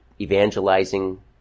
evangelizing